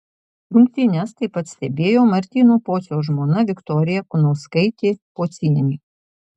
rungtynes taip pat stebėjo martyno pociaus žmona viktorija kunauskaitė pocienė